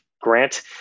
grant